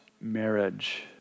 marriage